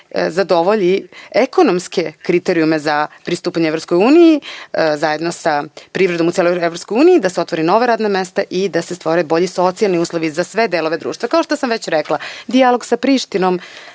da zadovolji ekonomske kriterijume za pristupanje EU, zajedno sa privredom u celoj EU, da se otvore nova radna mesta i da se stvore bolji socijalni uslovi za sve delove društva. Kao što sam već rekla, dijalog sa Prištinom